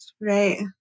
Right